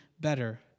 better